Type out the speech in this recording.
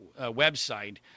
website